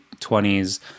20s